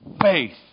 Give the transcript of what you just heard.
faith